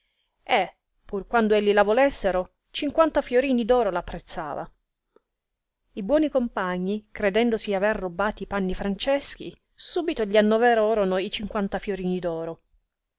e pur quando elli la volessero cinquanta fiorini d'oro l'apprezzava i buoni compagni credendosi aver robbati panni franceschi subito gli annoverorono i cinquanta fiorini d'oro